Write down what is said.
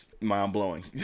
mind-blowing